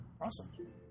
Awesome